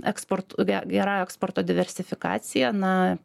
eksport ge gera eksporto diversifikacija na